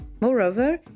Moreover